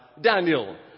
Daniel